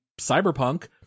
cyberpunk